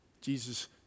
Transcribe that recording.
Jesus